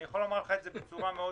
אני יכול לומר לך את זה בצורה פשוטה